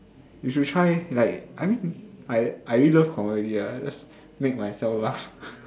we should try like I mean I I really love comedy lah just make myself laugh